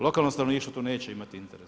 Lokalno stanovništvo tu neće imati interes.